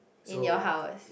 in your house